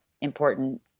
important